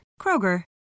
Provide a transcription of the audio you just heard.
Kroger